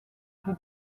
peu